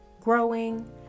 growing